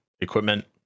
equipment